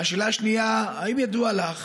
והשאלה השנייה: האם ידוע לך